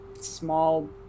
small